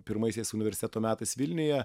pirmaisiais universiteto metais vilniuje